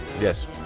Yes